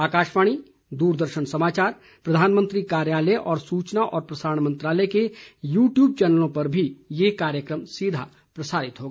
आकाशवाणी दूरदर्शन समाचार प्रधानमंत्री कार्यालय तथा सूचना और प्रसारण मंत्रालय के यू ट्यूब चैनलों पर भी ये कार्यक्रम सीधा प्रसारित होगा